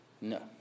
No